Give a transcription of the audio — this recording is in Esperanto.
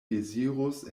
dezirus